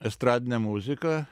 estradinė muzika